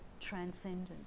transcendent